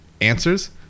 answers